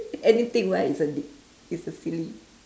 anything why isn't it's a silly